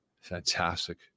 fantastic